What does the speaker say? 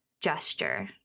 gesture